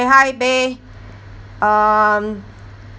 hi beh um